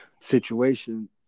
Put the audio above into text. situation